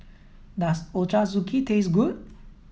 does Ochazuke taste good